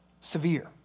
severe